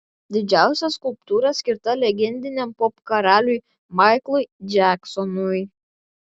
didžiausia skulptūra skirta legendiniam popkaraliui maiklui džeksonui